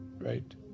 right